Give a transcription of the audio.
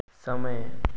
समय